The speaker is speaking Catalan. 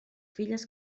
filles